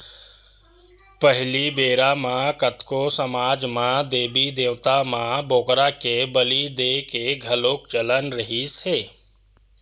पहिली बेरा म कतको समाज म देबी देवता म बोकरा के बली देय के घलोक चलन रिहिस हे